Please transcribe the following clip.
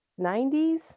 90s